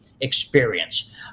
experience